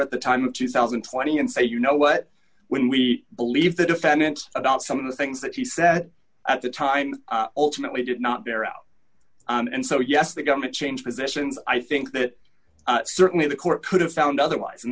at the time of two thousand and twenty and say you know what when we believe the defendant about some of the things that he said at the time alternately did not bear out and so yes the government changed positions i think that certainly the court could have found otherwise